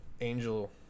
angel